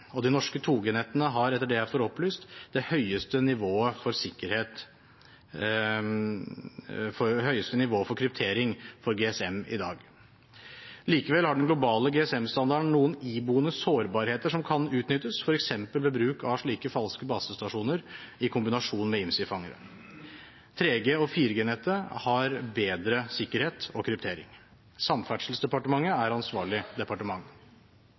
og de norske 2G-nettene har, etter det jeg får opplyst, det høyeste nivået for kryptering for GSM i dag. Likevel har den globale GSM-standarden noen iboende sårbarheter som kan utnyttes, f.eks. ved bruk av slike falske basestasjoner i kombinasjon med IMSI-fangere. 3G- og 4G-nettet har bedre sikkerhet og kryptering. Samferdselsdepartementet er ansvarlig departement.